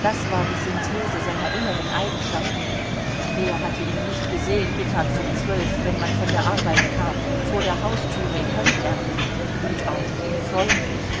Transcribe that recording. das war die synthese seiner inneren eigenschaften wer hatte ihn nicht gesehen mittags um zwölf wenn man von der arbeit kam vor der haustüre in hemdärmeln gutartig und freundlich